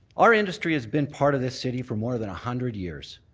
our industry has been part of this city for more than a hundred years.